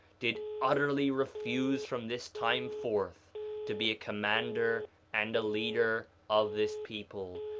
did utterly refuse from this time forth to be a commander and a leader of this people,